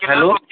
hello